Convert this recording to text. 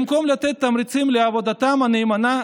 במקום לתת תמריצים לעבודתם הנאמנה,